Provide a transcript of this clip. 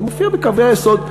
זה מופיע בקווי היסוד,